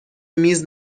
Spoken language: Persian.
میز